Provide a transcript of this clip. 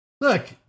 Look